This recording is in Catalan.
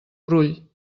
brull